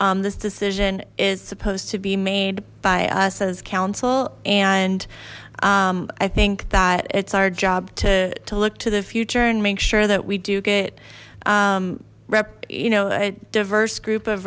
not this decision is supposed to be made by us as council and i think that it's our job to to look to the future and make sure that we do get rep you know a diverse group of